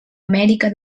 amèrica